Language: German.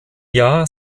jahr